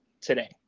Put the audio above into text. today